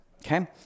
okay